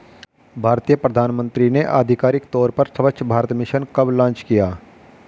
भारतीय प्रधानमंत्री ने आधिकारिक तौर पर स्वच्छ भारत मिशन कब लॉन्च किया?